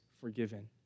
forgiven